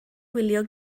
wylio